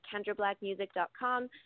KendraBlackMusic.com